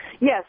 Yes